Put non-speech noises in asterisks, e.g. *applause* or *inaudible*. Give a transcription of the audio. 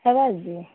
*unintelligible*